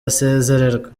asezererwa